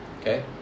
Okay